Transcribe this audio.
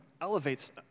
elevates